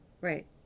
right